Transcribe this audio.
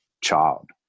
child